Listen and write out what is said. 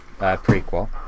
prequel